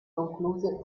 concluse